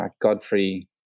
godfrey